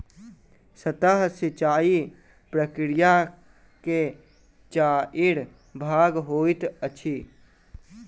सतह सिचाई प्रकिया के चाइर भाग होइत अछि